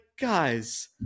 guys